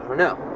know.